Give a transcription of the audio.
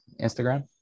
instagram